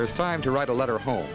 there's time to write a letter home